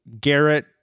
garrett